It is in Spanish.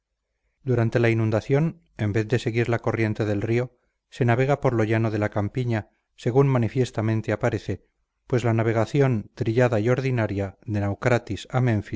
durante la inundación en vez de seguir la corriente del río se navega por lo llano de la campiña según manifiestamente aparece pues la navegación trillada y ordinaria de